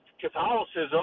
Catholicism